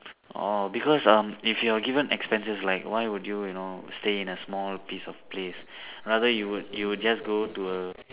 orh because um if you are given expenses like why would you you know stay in a small piece of place rather you would you just go to a